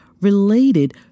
related